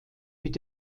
mit